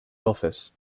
office